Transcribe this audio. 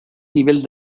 nivel